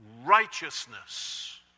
righteousness